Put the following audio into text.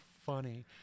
funny